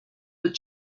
but